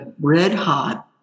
red-hot